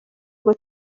ngo